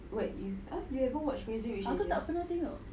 aku tak pernah tengok